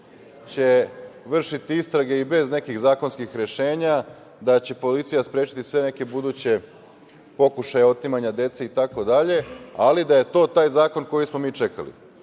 vršiti istrage i bez nekih zakonskih rešenja, da će policija sprečiti sve neke buduće pokušaje otimanje dece itd, ali da je to taj zakon koji smo mi čekali.